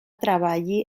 treballe